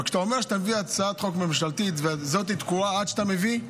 רק כשאתה אומר שאתה מביא הצעת חוק ממשלתית וזאת תקועה עד שאתה מביא,